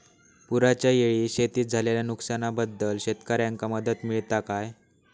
पुराच्यायेळी शेतीत झालेल्या नुकसनाबद्दल शेतकऱ्यांका मदत मिळता काय?